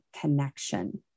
connection